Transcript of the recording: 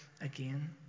again